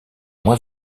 moins